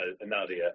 Nadia